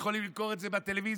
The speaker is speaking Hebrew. יכולים למכור את זה בטלוויזיה.